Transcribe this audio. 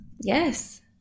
Yes